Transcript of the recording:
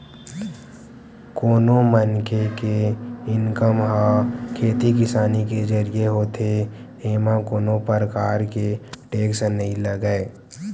कोनो मनखे के इनकम ह खेती किसानी के जरिए होथे एमा कोनो परकार के टेक्स नइ लगय